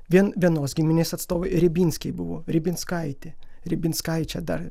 vien vienos giminės atstovai ribinskė buvo ribinskaitė ribinskaičia dar